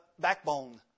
backbone